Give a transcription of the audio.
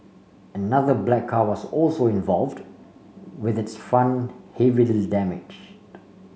another black car was also involved with its front heavily damaged